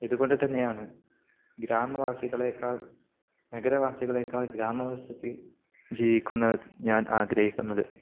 ഇതുകൊണ്ടു തന്നെയാണു ഗ്രാമവാസികളെക്കാൾ നഗരവാസികളെക്കാൾ ഗ്രാമവാസത്തിൽ ജീവിക്കുന്നതിനു ഞാൻ ആഗ്രഹിക്കുന്നത്